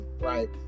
right